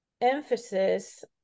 emphasis